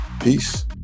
Peace